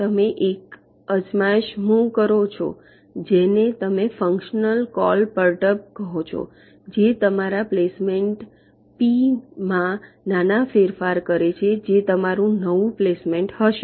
તમે એક અજમાયશ મુવ કરો છો જેને તમે ફંક્શન કોલ પરટર્બ કહો છો જે તમારા પ્લેસમેન્ટ પી માં નાના ફેરફાર કરે છે જે તમારું નવું પ્લેસમેન્ટ હશે